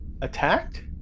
attacked